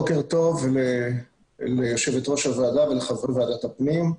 בוקר טוב ליושבת ראש הוועדה ולחברי ועדת הפנים.